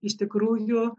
iš tikrųjų